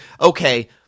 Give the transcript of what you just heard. Okay